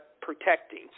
protecting